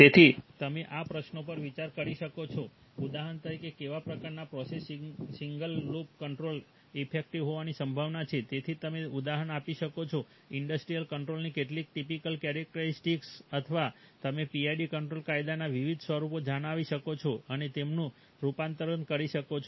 તેથી તમે આ પ્રશ્નો પર વિચાર કરી શકો છો ઉદાહરણ તરીકે કેવા પ્રકારના process single loop control effective હોવાની સંભાવના છે તેથી તમે ઉદાહરણ આપી શકો છો ઈન્ડસ્ટ્રિયલ કંટ્રોલરની કેટલીક ટીપીકલ કેરેક્ટરિસ્ટિકસ અથવા તમે PID કંટ્રોલ કાયદાના વિવિધ સ્વરૂપો જણાવી શકો છો અને તેમનું રૂપાંતર કરી શકો છો